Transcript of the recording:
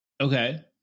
Okay